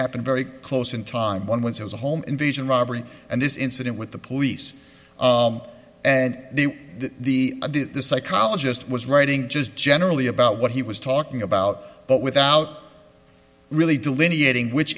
happened very close in time one when he was a home invasion robbery and this incident with the police and the the psychologist was writing just generally about what he was talking about but without really delineating which